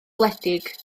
wledig